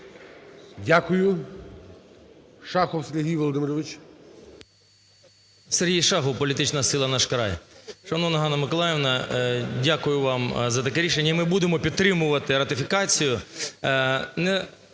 Дякую. Шахов Сергій Володимирович.